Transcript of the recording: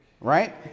right